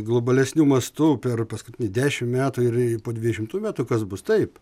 globalesniu mastu per paskutinį dešim metų ir po dvidešimtų metų kas bus taip